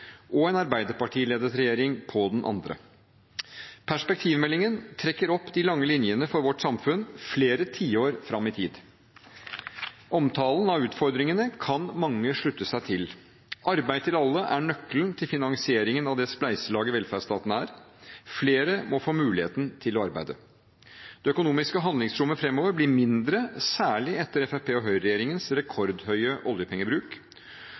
og en Arbeiderparti-ledet regjering på den andre. Perspektivmeldingen trekker opp de lange linjene for vårt samfunn, flere tiår fram i tid. Omtalen av utfordringene kan mange slutte seg til: Arbeid til alle er nøkkelen til finansieringen av det spleiselaget velferdsstaten er. Flere må få muligheten til å arbeide. Det økonomiske handlingsrommet framover blir mindre, særlig etter